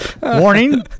Warning